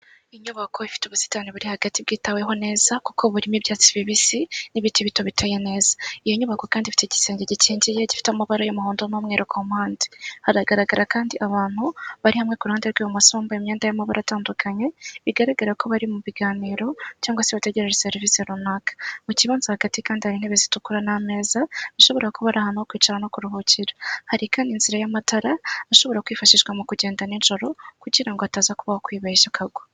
Inyubako ifite ubusitani buri hagati bwitaweho neza kuko burimo ibyatsi bibisi n'ibiti bito biteye neza. Iyo nyubako kandi ifite igisenge gikingiye gifite amabara y'umuhondo n'umweru ku mpande. Hagaragara kandi abantu bari hamwe kuruhande rw'ibumoso bambaye imyenda y'amabara atandukanye, bigaragara ko bari mu biganiro cyangwa se bategereje serivisi runaka. Mu kibanza hagati kandi hari intebe zitukura n'ameza, bishobora kuba ari ahantu ho kwicara no kuruhukira. Hari kandi inzira y'amatara ashobora kwifashishwa mu kugenda nijoro kugira ngo hataza kubaho kwibeshya ukagwa.